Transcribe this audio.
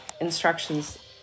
instructions